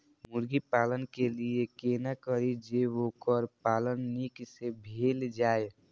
मुर्गी पालन के लिए केना करी जे वोकर पालन नीक से भेल जाय?